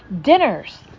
dinners